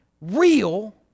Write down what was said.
real